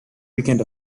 weekend